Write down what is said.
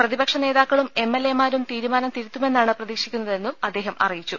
പ്രതിപക്ഷ നേതാക്കളും M L A മാരും തീരുമാനം തിരുത്തുമെന്നാണ് പ്രതീക്ഷിക്കുന്നതെന്നും അദ്ദേഹം അറിയിച്ചു